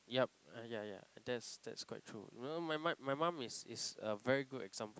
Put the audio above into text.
yup uh ya ya that's that's quite true my mum my mum is is a very good example